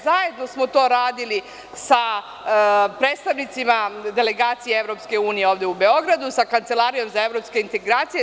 Zajedno smo to radili sa predstavnicima delegacije EU ovde u Beogradu, sa Kancelarijom za evropske integracije.